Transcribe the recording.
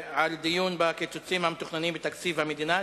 הדיון בקיצוצים המתוכננים בתקציב המדינה.